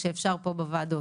כשאפשר פה בוועדות.